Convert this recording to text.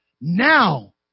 Now